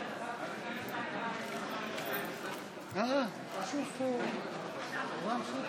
בעד, 50,